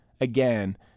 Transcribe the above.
again